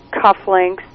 cufflinks